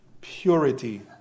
purity